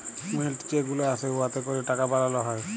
মিল্ট যে গুলা আসে উয়াতে ক্যরে টাকা বালাল হ্যয়